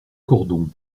cordon